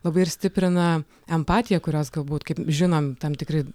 labai ir stiprina empatiją kurios galbūt kaip žinom tam tikri